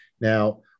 Now